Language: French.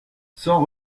sans